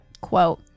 quote